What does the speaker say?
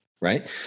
right